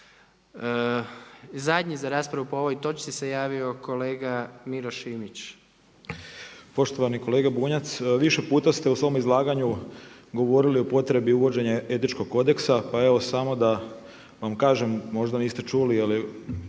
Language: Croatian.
Zadnji za raspravu po ovoj točci se javio kolega Miro Šimić. **Šimić, Miroslav (MOST)** Poštovani kolega Bunjac, više puta ste u svom izlaganju govorili o potrebi uvođenja Etičkog kodeksa, pa evo samo da vam kažem, možda niste čuli ali